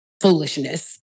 foolishness